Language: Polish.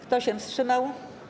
Kto się wstrzymał?